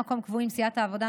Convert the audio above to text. ממלאי מקום קבועים: סיעת העבודה,